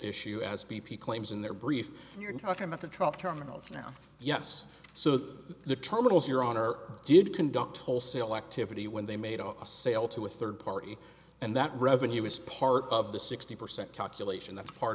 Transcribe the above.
issue as b p claims in their brief you're talking about the truck terminals now yes so the terminals you're on are did conduct wholesale activity when they made a sale to a third party and that revenue is part of the sixty percent calculation that's part